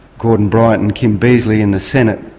gordon bryant and kim beazley in the senate,